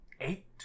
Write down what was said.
eight